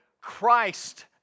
Christ